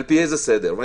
אני